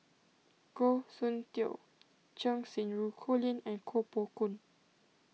Goh Soon Tioe Cheng Xinru Colin and Koh Poh Koon